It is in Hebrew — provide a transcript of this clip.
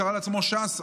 וקרא לעצמו "שס".